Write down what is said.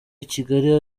kigali